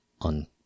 on